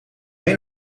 een